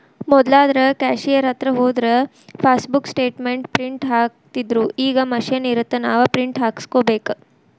ಮೊದ್ಲಾದ್ರ cashier ಹತ್ರ ಹೋದ್ರ passbook statement print ಹಾಕ್ತಿತ್ದ್ರುಈಗ ಮಷೇನ್ ಇರತ್ತ ನಾವ ಪ್ರಿಂಟ್ ಹಾಕಸ್ಕೋಬೇಕ